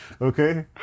Okay